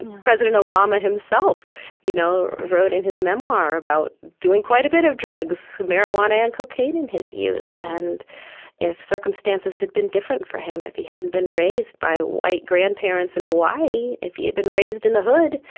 president obama himself you know wrote in his memoir about doing quite a bit of drugs, marijuana and cocaine, in his youth. and if circumstances had been different for him, if he hadn't been raised by white grandparents in hawaii, if he had been raised in the hood,